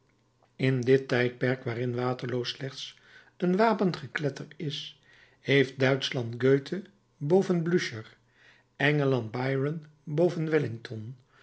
in dit tijdperk waarin waterloo slechts een wapengekletter is heeft duitschland goethe boven blücher engeland byron